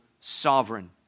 sovereign